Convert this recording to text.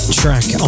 track